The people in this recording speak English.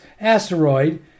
asteroid